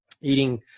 eating